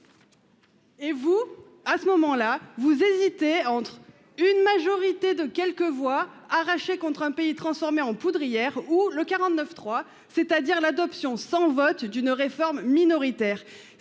Et vous, à ce moment-là vous hésitez entre une majorité de quelques voix arracher contre un pays transformé en poudrière où le 49.3, c'est-à-dire l'adoption sans vote d'une réforme minoritaire.